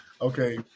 Okay